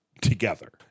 together